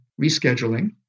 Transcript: rescheduling